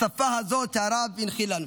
השפה הזאת שהרב הנחיל לנו.